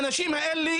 האנשים האלה,